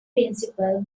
principal